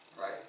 right